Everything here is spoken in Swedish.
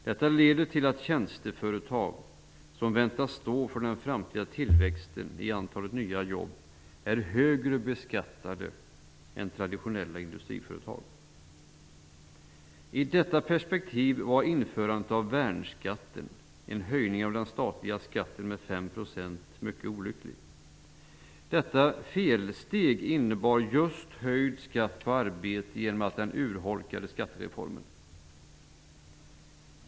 Detta leder till att tjänsteföretag, som väntas stå för den framtida tillväxten av nya jobb, är högre beskattade än traditionella industriföretag. I detta perspektiv var införandet av värnskatten, en höjning av den statliga skatten med 5 %, mycket olycklig. Detta felsteg innebar just höjd skatt på arbete genom att skattereformen urholkades.